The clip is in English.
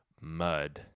Mud